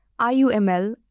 IUML